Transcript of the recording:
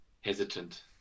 hesitant